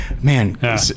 man